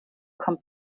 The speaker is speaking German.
kommt